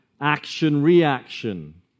action-reaction